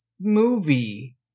movie